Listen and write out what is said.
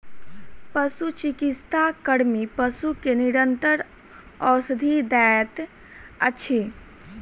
पशुचिकित्सा कर्मी पशु के निरंतर औषधि दैत अछि